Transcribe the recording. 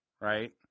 Right